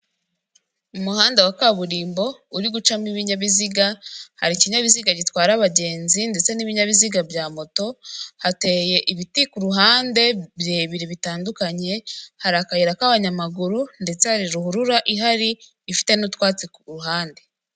Umuhanda wa kaburimbo uri gucamo ibinyabiziga, hari ikinyabiziga gitwara abagenzi ndetse n'ibinyabiziga bya moto, hateye ibiti ku ruhande birebire bitandukanye, hari akayira k'abanyamaguru, ndetse hari ruhurura ihari, ifite n'utwatsi ku ruhande.